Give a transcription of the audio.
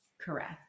Correct